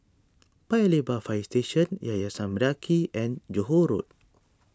Paya Lebar Fire Station Yayasan Mendaki and Johore Road